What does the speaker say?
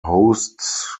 hosts